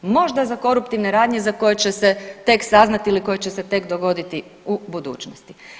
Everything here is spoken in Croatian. Možda za koruptivne radnje za koje će se tek saznati ili koje će se tek dogoditi u budućnosti.